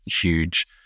huge